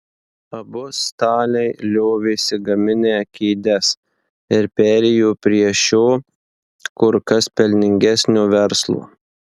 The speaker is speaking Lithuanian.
abu staliai liovėsi gaminę kėdes ir perėjo prie šio kur kas pelningesnio verslo